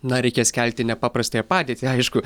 na reikia skelbti nepaprastąją padėtį aišku